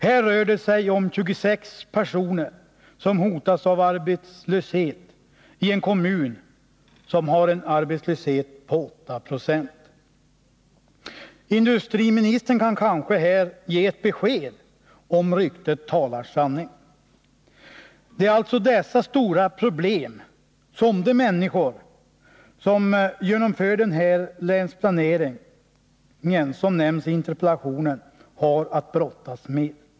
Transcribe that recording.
Här rör det sig om 26 personer som hotas av arbetslöshet i en kommun som har en arbetslöshet på 8 26. Industriministern kan kanske här ge ett besked om 125 huruvida ryktet talar sanning. Det är alltså dessa stora problem som de människor som genomför den i interpellationen nämnda länsplaneringen har att brottas med.